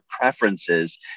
preferences